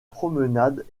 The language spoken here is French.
promenades